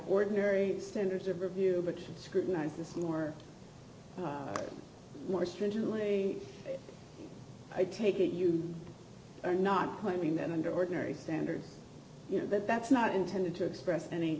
ordinary standards of review because scrutinize this more more stringently i take it you are not claiming that under ordinary standards you know that that's not intended to express any